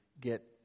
get